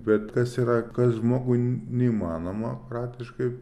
bet kas yra kas žmogui neįmanoma praktiškai